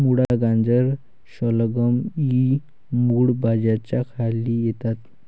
मुळा, गाजर, शलगम इ मूळ भाज्यांच्या खाली येतात